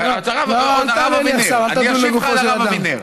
אני אשיב לך על הרב אבינר.